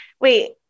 Wait